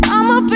I'ma